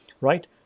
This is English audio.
right